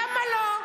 למה לא?